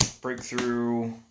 Breakthrough